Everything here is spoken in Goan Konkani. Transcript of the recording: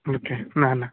ओके ना ना